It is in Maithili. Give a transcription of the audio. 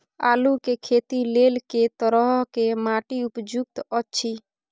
आलू के खेती लेल के तरह के माटी उपयुक्त अछि?